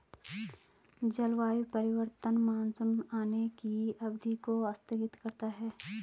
जलवायु परिवर्तन मानसून आने की अवधि को स्थगित करता है